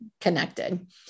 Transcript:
connected